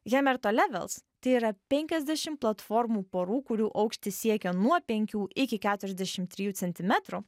hemerto levels tai yra penkiasdešim platformų porų kurių aukštis siekia nuo penkių iki keturiasdešim trijų centimetrų